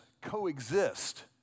coexist